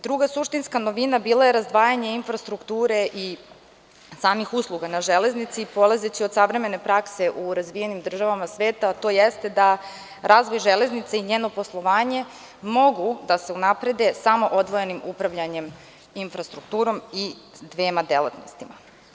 Druga suštinska novina bila je razdvajanje infrastrukture i samih usluga na železnici, polazeći od savremene prakse u razvijenim državama sveta, a to jeste da razvoj železnice i njeno poslovanje mogu da se unaprede samo odvojenim upravljanjem infrastrukturom i dvema delatnostima.